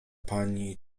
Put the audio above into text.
pani